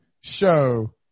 show